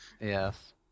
Yes